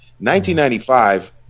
1995